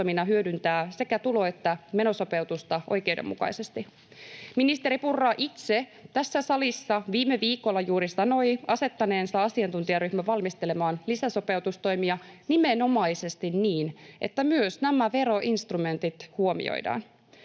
hyödyntää sekä tulo- että menosopeutusta oikeudenmukaisesti. Ministeri Purra itse tässä salissa viime viikolla juuri sanoi asettaneensa asiantuntijaryhmän valmistelemaan lisäsopeutustoimia nimenomaisesti niin, että myös nämä veroinstrumentit huomioidaan,